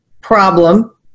problem